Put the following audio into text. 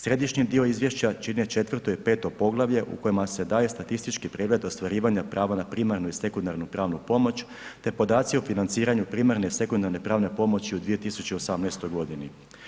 Središnji dio izvješća čine 4. i 5. poglavlje u kojima se dalje statistički pregled ostvarivanja prava na primarnu i sekundarnu pravnu pomoć te podaci o financiranju primarne i sekundarne pravne pomoći u 2018. godini.